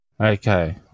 Okay